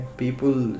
people